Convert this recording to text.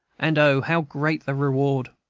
and o, how great the reward!